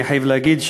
אני חייב להגיד,